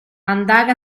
andare